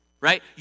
Right